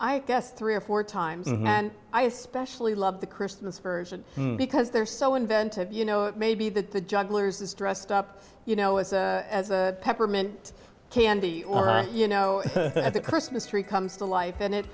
i guess three or four times and i especially love the christmas version because they're so inventive you know it may be that the juggler's is dressed up you know it's peppermint candy or you know that the christmas tree comes to life and it